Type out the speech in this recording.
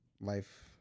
life